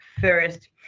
first